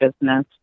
business